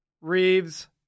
Reeves